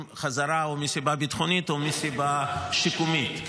מחזרה מסיבה ביטחונית או מסיבה שיקומית.